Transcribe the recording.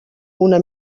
una